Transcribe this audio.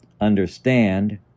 understand